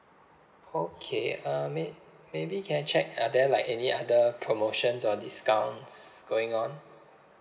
okay uh may~ maybe can I check are there like any other promotions or discounts going on